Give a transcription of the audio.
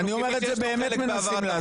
כי יש לנו חלק בהעברת החוק הזה.